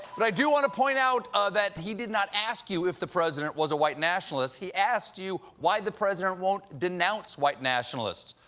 but i do want to point out ah that he didn't ask you if the president was a white nationalist. he asked you why the president won't denounce white nationalists.